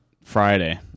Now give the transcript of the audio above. Friday